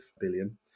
billion